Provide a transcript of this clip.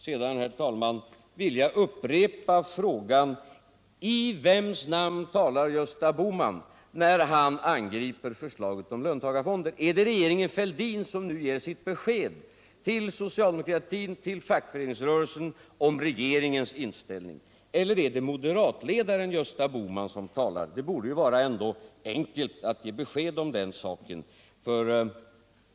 Låt mig, herr talman, upprepa frågan: I vems namn talar Gösta Bohman när han angriper förslaget om löntagarfonder? Är det regeringen Fälldin som nu ger sitt besked till socialdemokratin och till fackföreningsrörelsen om regeringens inställning eller är det moderatledaren Gösta Bohman som talar? Det borde vara enkelt att ge besked om den saken.